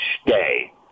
stay